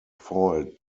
foiled